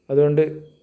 അതു കൊണ്ട്